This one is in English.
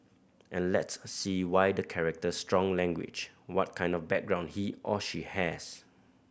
and let's see why the character strong language what kind of background he or she has